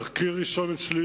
תחקיר ראשון אצלי,